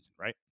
right